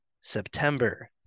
September